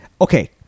okay